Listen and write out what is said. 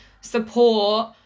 support